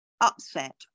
upset